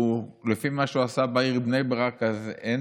שלפי מה שהוא עשה בעיר בני ברק אז אין